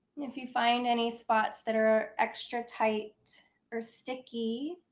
if you find any spots that are extra tight or sticky,